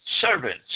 servants